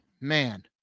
man